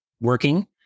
working